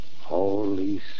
Holy